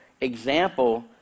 Example